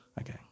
okay